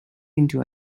into